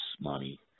money